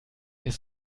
ist